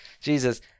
Jesus